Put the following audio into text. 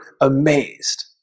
amazed